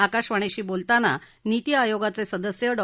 आकाशवाणीशी बोलताना निती आयोगाचे सदस्य डॉ